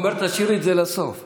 הוא אומר: תשאירי את זה לסוף.